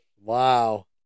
Wow